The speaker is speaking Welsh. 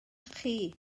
chi